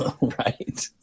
Right